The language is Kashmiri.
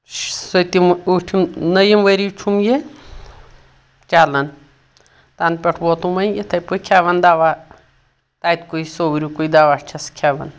سٔتِم اوٗٹھِم نٔیِم ؤری چھُم یہِ چلان تَنہٕ پؠٹھ ووتم وۄنۍ یِتھَے پٲٹھۍ کھؠوان دوا تَتہِ کُے سورُے کُے دوا چھَس کھؠوان